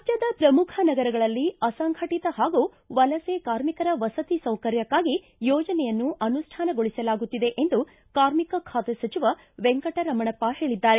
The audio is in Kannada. ರಾಜ್ಜದ ಪ್ರಮುಖ ನಗರಗಳಲ್ಲಿ ಆಸಂಘಟಿತ ಹಾಗೂ ವಲಸೆ ಕಾರ್ಮಿಕರ ವಸತಿ ಸೌಕರ್ಯಕ್ಷಾಗಿ ಯೋಜನೆಯನ್ನು ಅನುಷ್ಠಾನಗೊಳಿಸಲಾಗುತ್ತಿದೆ ಎಂದು ಕಾರ್ಮಿಕ ಖಾತೆ ಸಚಿವ ವೆಂಕಟ ರಮಣಪ್ಪ ಹೇಳಿದ್ದಾರೆ